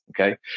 Okay